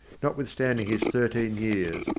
notwithstanding his thirteen years,